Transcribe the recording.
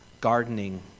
gardening